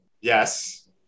Yes